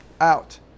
out